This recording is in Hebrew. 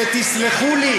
תסלחו לי,